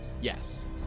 Yes